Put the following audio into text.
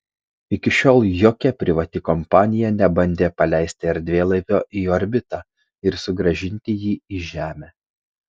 iki šiol jokia privati kompanija nebandė paleisti erdvėlaivio į orbitą ir sugrąžinti jį į žemę